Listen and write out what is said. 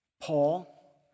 Paul